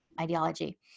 ideology